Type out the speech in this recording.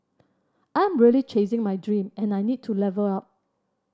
I am really chasing my dream and I need to level up